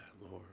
Lord